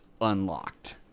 unlocked